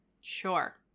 Sure